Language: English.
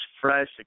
fresh